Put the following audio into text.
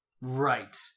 Right